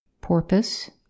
porpoise